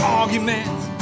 arguments